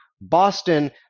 Boston